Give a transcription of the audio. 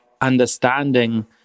understanding